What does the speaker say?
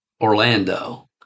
Orlando